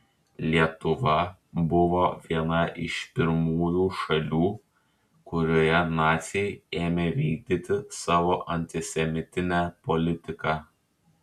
lietuva buvo viena iš pirmųjų šalių kurioje naciai ėmė vykdyti savo antisemitinę politiką